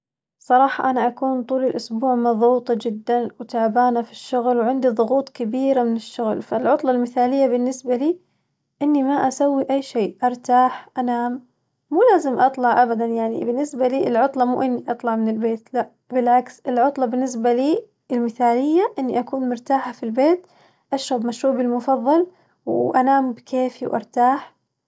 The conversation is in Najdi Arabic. صراحةأنا أكون طول الأسبوع مظغوطة جداً وتعبانة في الشغل وعندي ظغوط كبيرة من الشغل، فالعطلة المثالية بالنسبة لي إني ما أسوي أي شي، أرتاح أنام مو لازم أطلع أبداً يعني بالنسية لي العطلة مو إني أطلع من البيت لا بالعكس، العطلة بالنسبة لي المثالية إني أكون مرتاحة في البيت أشرب مشروبي المفظل وأنام بكيفغي وأرتاح.